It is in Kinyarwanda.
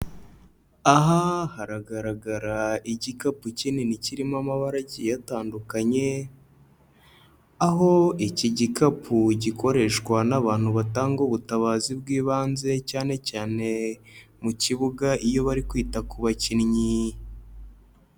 Aha haragaragara igikapu kinini kirimo amabara agiye atandukanye, aho iki gikapu gikoreshwa n'abantu batanga ubutabazi bw'ibanze cyane cyane mu kibuga iyo bari kwita ku bakinnyi.